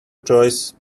choice